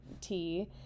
tea